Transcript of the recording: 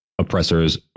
oppressors